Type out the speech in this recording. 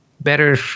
better